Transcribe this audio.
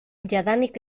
jadanik